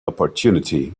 opportunity